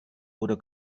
oder